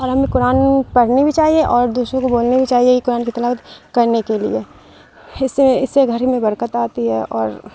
اور ہمیں قرآن پڑھنی بھی چاہیے اور دوسروں کو بولنے بھی چاہیے قرآن کی تلاوت کرنے کے لیے اس سے اس سے گھر میں برکت آتی ہے اور